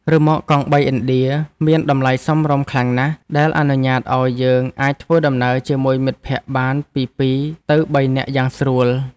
រ៉ឺម៉កកង់បីឥណ្ឌាមានតម្លៃសមរម្យខ្លាំងណាស់ដែលអនុញ្ញាតឱ្យយើងអាចធ្វើដំណើរជាមួយមិត្តភក្តិបានពីពីរទៅបីនាក់យ៉ាងស្រួល។